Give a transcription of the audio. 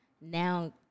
now